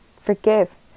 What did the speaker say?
forgive